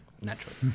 naturally